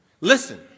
Listen